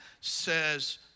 says